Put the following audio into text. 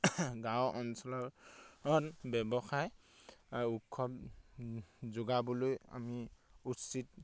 গাঁও অঞ্চলত ব্যৱসায় উৎসাহ যোগাবলৈ আমি উচিত